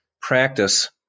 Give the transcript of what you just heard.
practice